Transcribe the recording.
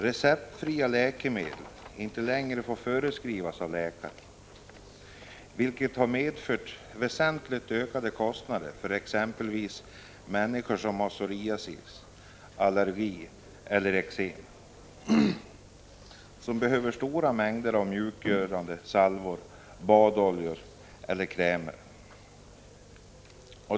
Receptfria läkemedel får inte längre förskrivas av läkare, vilket har medfört väsentligt ökade kostnader för exempelvis människor som har psoriasis, allergi eller eksem och som behöver stora mängder mjukgörande salvor, badoljor eller krämer.